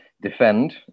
Defend